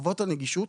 חובות הנגישות,